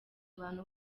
abantu